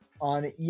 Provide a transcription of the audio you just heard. on